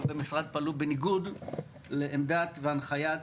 במשרד פעלו בניגוד לעמדת והנחיית